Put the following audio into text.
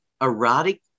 erotic